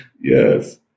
Yes